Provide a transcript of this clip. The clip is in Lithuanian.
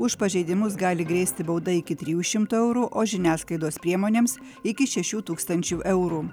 už pažeidimus gali grėsti bauda iki trijų šimtų eurų o žiniasklaidos priemonėms iki šešių tūkstančių eurų